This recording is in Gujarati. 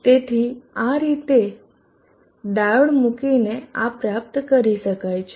તેથી આ રીતે ડાયોડ મૂકીને આ પ્રાપ્ત કરી શકાય છે